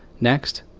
next,